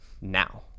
now